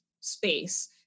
space